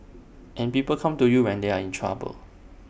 and people come to you when they are in trouble